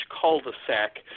cul-de-sac